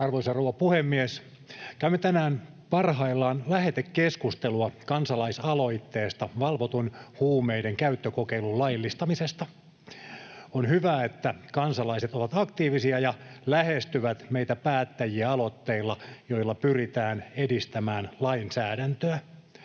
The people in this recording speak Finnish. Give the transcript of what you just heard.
Arvoisa rouva puhemies! Käymme tänään parhaillaan lähetekeskustelua kansalaisaloitteesta valvotun huumeiden käyttökokeilun laillistamisesta. On hyvä, että kansalaiset ovat aktiivisia ja lähestyvät meitä päättäjiä aloitteilla, joilla pyritään edistämään lainsäädäntöä.